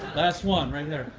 last one, right here.